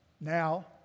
now